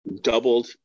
doubled